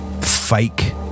fake